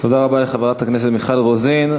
תודה רבה לחברת הכנסת מיכל רוזין.